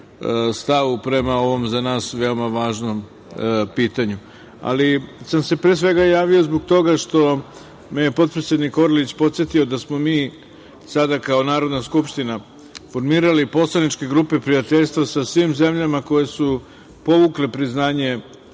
stavu prema ovom za nas veoma važnom pitanju. Pre svega sam se javio zbog toga što me je potpredsednik Orlić podsetio da smo mi sada kao Narodna skupština formirali poslaničke grupe prijateljstva sa svim zemljama koje su povukle priznanje